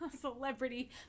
celebrity